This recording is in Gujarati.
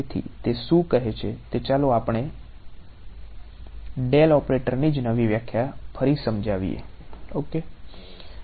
તેથી તે શું કહે છે તે ચાલો આપણે ડેલ ઓપરેટરની જ નવી વ્યાખ્યા ફરી સમજાવીએ ઓકે